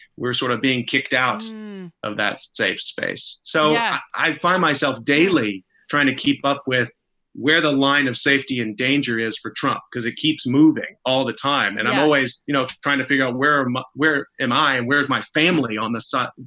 we're sort of being kicked out of that safe space. so yeah i find myself daily trying to keep up with where the line of safety and danger is for trump, because it keeps moving all the time. and i'm always, you know, trying to figure out where i am. where am i? and where's my family on the site?